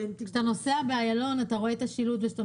כשאתה נוסע באיילון אתה רואה את השילוט וכשאתה